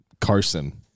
Carson